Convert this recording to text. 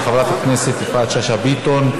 של חברת הכנסת יפעת שאשא ביטון.